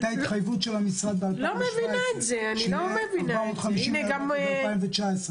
הייתה התחייבות של המשרד ב-2017 שיהיו 450 ניידות עד 2019,